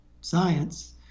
science